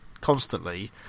constantly